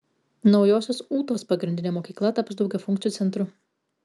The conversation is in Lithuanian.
naujosios ūtos pagrindinė mokykla taps daugiafunkciu centru